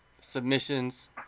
submissions